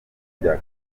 bya